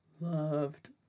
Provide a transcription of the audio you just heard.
Loved